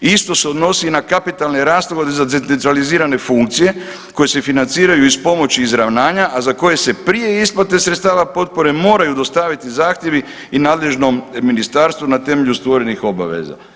Isto se odnosi i na kapitalne rashode za decentralizirane funkcije koji se financiraju iz pomoći izravnanja, a koje se prije isplate sredstava potpore moraju dostaviti zahtjevi i nadležnom ministarstvu na temelju stvorenih obaveza.